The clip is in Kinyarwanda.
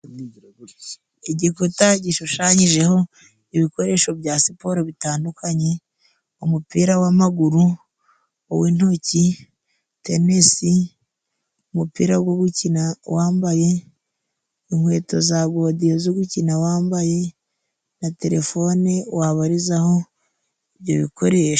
Igikuta gishushanyijeho ibikoresho bya siporo bitandukanye. umupira wamaguru, uw'intoki, tenisi, umupira go gukina wambaye, inkweto za godiyo zo gukina wambaye, na terefone wabarizaho ibyo bikoresho.